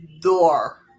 Door